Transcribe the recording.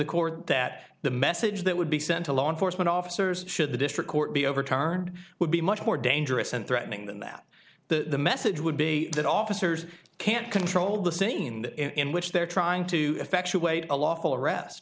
court that the message that would be sent to law enforcement officers should the district court be overturned would be much more dangerous and threatening than that the message would be that officers can't control the scene in which they're trying to effectuate a lawful arrest